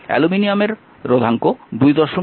অ্যালুমিনিয়ামের 28 10 8